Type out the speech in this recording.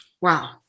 Wow